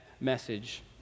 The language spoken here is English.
message